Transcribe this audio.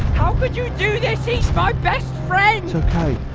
how could you do this? he's my best friend! it's ok.